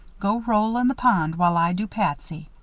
go roll in the pond while i do patsy.